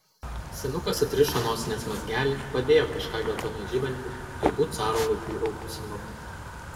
senukas atrišo nosinės mazgelį padėjo kažką geltonai žibantį turbūt caro laikų auksinuką